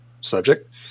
subject